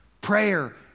Prayer